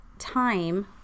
time